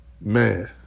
man